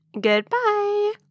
Goodbye